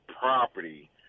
property